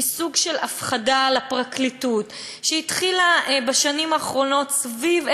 מסוג של הפחדה על הפרקליטות שהתחילה בשנים האחרונות סביב,